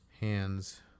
hands